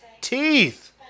teeth